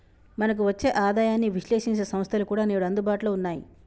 మనకు వచ్చే ఆదాయాన్ని విశ్లేశించే సంస్థలు కూడా నేడు అందుబాటులో ఉన్నాయి